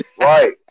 Right